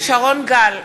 שרון גל,